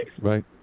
Right